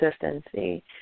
consistency